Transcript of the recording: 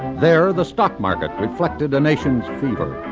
there the stock market reflected a nation's fever.